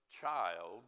child